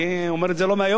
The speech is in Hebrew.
אני אומר את זה לא מהיום.